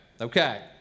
Okay